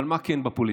אבל מה כן בפוליטיקה?